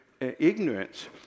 ignorance